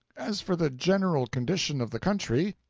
as for the general condition of the country,